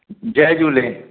जय झूले